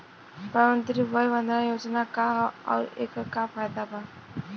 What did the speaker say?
प्रधानमंत्री वय वन्दना योजना का ह आउर एकर का फायदा बा?